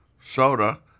soda